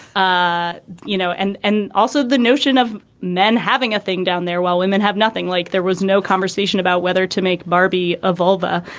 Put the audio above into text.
ah you know, and and also the notion of men having a thing down there while women have nothing like there was no conversation about whether to make barbie a vulva.